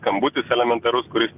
skambutis elementarus kuris